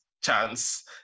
chance